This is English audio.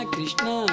Krishna